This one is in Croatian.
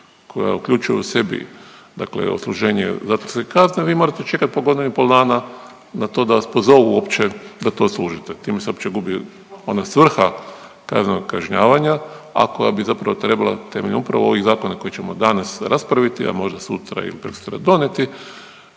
koja uključuje u sebi, dakle odsluženje zatvorske kazne, vi morate čekati po godinu i pol dana na to da vas pozovu uopće da to odslužite. Time se uopće gubi ona svrha kaznenog kažnjavanja, a koja bi zapravo trebala temeljem upravo ovih zakona koje ćemo danas raspraviti, a možda sutra ili prekosutra donijeti